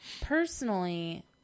personally